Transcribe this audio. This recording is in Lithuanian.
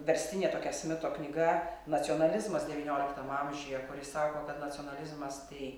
verstinė tokia smito knyga nacionalizmas devynioliktam amžiuje kuri sako kad nacionalizmas tai